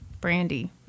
Brandy